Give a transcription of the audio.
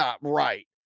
right